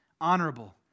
honorable